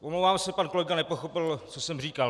Omlouvám se, pan kolega nepochopil, co jsem říkal.